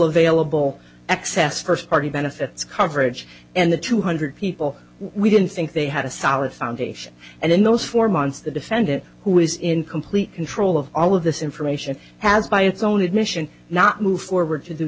available excess first party benefits coverage and the two hundred people we didn't think they had a solid foundation and in those four months the defendant who is in complete control of all of this information has by its own admission not moved forward to